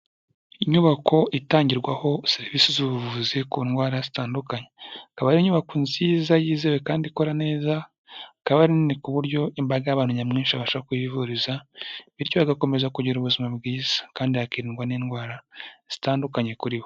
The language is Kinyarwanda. Inyubako itangirwaho serivisi z'ubuvuzi ku ndwara zitandukanye. Ikaba ari inyubako nziza yizewe kandi ikora neza. Ikaba ari nini ku buryo imbaga y'abantu nyamwinshi babasha kuhivuriza, bityo bagakomeza kugira ubuzima bwiza, kandi hakirindwa n'indwara zitandukanye kuri bo.